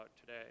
today